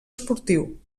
esportiu